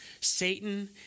Satan